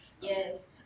yes